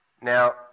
Now